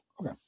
Okay